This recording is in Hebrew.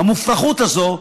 המופרכות הזאת,